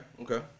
Okay